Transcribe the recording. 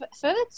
further